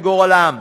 לגורלם.